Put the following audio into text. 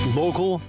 local